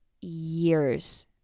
years